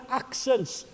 accents